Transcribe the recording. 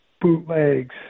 bootlegs